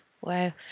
wow